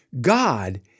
God